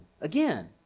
Again